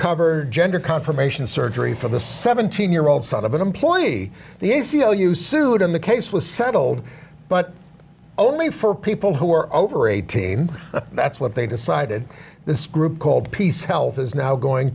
cover gender confirmation surgery for the seventeen year old son of an employee the a c l u sued in the case was settled but only for people who are over eighteen that's what they decided this group called peace health is now going